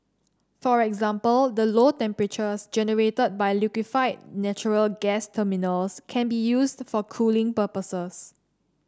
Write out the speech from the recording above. for example the low temperatures generated by liquefied natural gas terminals can be used for cooling purposes